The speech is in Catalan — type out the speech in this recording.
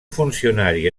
funcionari